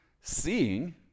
Seeing